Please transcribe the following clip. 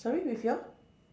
sorry with your